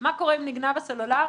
מה קורה אם נגנב הסלולרי,